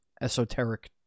esoteric